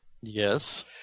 Yes